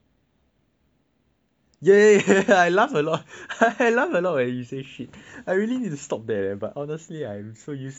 ya ya ya I laughed a lot I laugh a lot when you say shit I really need to stop there but honestly I'm so used to laughing at whatever you say